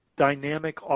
dynamic